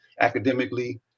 academically